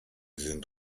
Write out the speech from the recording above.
sind